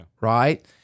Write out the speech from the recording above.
right